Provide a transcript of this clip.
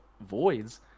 voids